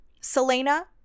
selena